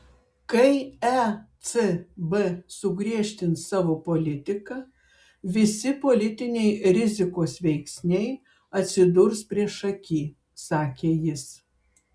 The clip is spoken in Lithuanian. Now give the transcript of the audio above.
kai ecb sugriežtins savo politiką visi politiniai rizikos veiksniai atsidurs priešaky sakė jis